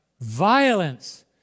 Violence